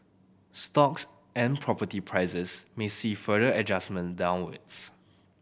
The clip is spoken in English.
stocks and property prices may see further adjustment downwards